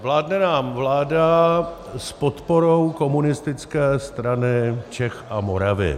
Vládne nám vláda s podporou Komunistické strany Čech a Moravy.